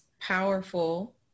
powerful